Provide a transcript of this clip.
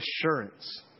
assurance